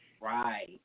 Right